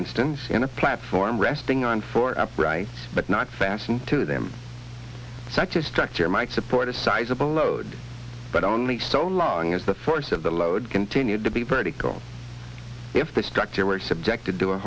instance in a platform resting on four upright but not fastened to them such a structure might support a sizeable load but only so long as the force of the load continued to be pretty cool if the structure were subjected to